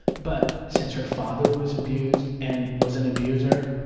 but since her father was abused and was an abuser,